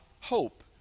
hope